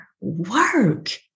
work